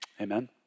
Amen